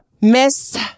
Miss